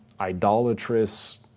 Idolatrous